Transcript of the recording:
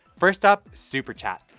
first up, super chat.